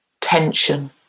tension